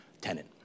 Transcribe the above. tenant